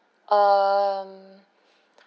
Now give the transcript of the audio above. um